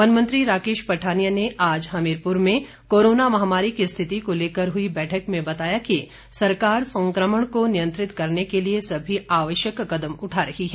one मंत्री राकेश पठानिया ने आज हमीरपुर में कोरोना महामारी की स्थिति को लेकर हुई बैठक में बताया कि सरकार संक्रमण को नियंत्रित करने के लिए सभी आवश्यक कदम उठा रही है